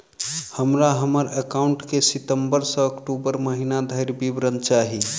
हमरा हम्मर एकाउंट केँ सितम्बर सँ अक्टूबर महीना धरि विवरण चाहि?